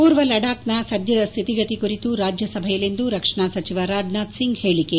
ಪೂರ್ವ ಲಡಾಕ್ನ ಸದ್ಯದ ಸ್ತಿತಿಗತಿ ಕುರಿತು ರಾಜ್ಯಸಭೆಯಲ್ಲಿಂದು ರಕ್ಷಣಾ ಸಚಿವ ರಾಜನಾಥ್ ಸಿಂಗ್ ಹೇಳಿಕೆ